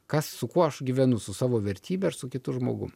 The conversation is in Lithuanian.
kas su kuo aš gyvenu su savo vertybe ar su kitu žmogum